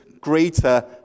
greater